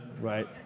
Right